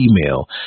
email